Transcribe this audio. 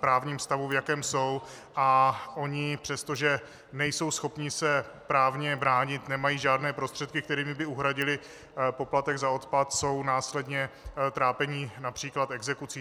právním stavu, v jakém jsou, a ony, přestože nejsou schopny se právně bránit, nemají žádné prostředky, kterými by uhradily poplatek za odpad, jsou následně trápeny například exekucí.